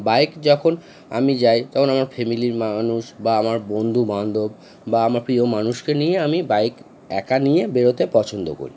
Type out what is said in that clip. bike যখন আমি যাই তখন আমার ফ্যামিলির মানুষ বা আমার বন্ধুবান্ধব বা আমার প্রিয় মানুষকে নিয়ে আমি বাইক একা নিয়ে বেরোতে পছন্দ করি